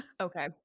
Okay